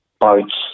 boats